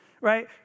Right